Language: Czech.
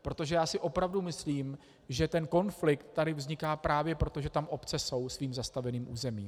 Protože já si opravdu myslím, že ten konflikt tady vzniká právě proto, že tam obce jsou svým zastavěným územím.